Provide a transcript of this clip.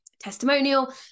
testimonial